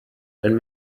and